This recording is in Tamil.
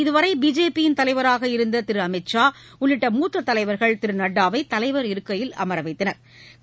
இதுவரை பிஜேபி யின் தலைவராக இருந்த திரு அமித்ஷா உள்ளிட்ட மூத்த தலைவா்கள் திரு நட்டாவை தலைவா் இருக்கையில் அமர வைத்தனா்